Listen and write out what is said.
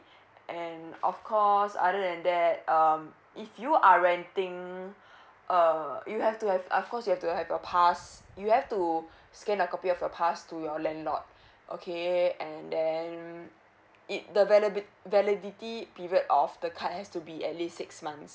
and of course other than that um if you are renting err you have to have of course you have to have your pass you have to scan the copy of your pass to your landlord okay and then it the validit~ validity period of the card has to be at least six months